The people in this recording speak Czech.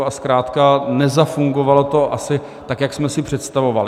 A zkrátka nezafungovalo to asi tak, jak jsme si představovali.